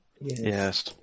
Yes